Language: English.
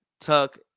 Tuck